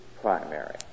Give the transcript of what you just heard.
primary